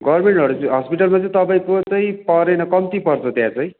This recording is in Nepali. गभर्मेन्ट हजु हस्पिटलमा चाहिँ तपाईँको चाहिँ परेन कम्ती पर्छ त्यहाँ चाहिँ